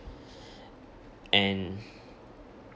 and